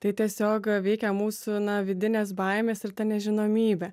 tai tiesiog veikia mūsų vidinės baimės ir ta nežinomybė